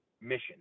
mission